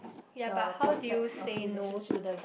the prospects of relationship